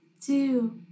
two